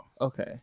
Okay